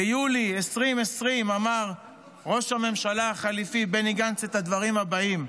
ביולי 2020 אמר ראש הממשלה החליפי בני גנץ את הדברים האלה: